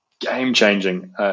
Game-changing